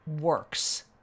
works